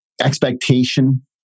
expectation